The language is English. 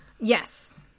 yes